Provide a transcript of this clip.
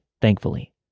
thankfully